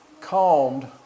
calmed